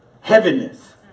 Heaviness